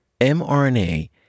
mRNA